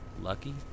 lucky